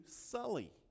Sully